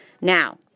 Now